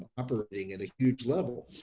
operating and a huge level,